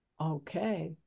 okay